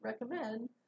recommend